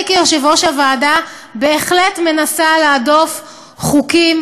אני כיושבת-ראש הוועדה בהחלט מנסה להדוף חוקים